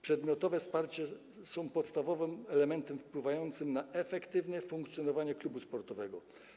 Przedmiotowe wsparcie jest podstawowym elementem wpływającym na efektywne funkcjonowanie klubu sportowego.